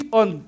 on